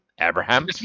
Abraham